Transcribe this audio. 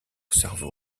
cerveau